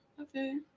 Okay